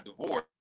divorce